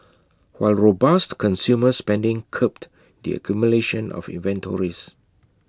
while robust consumer spending curbed the accumulation of inventories